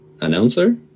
announcer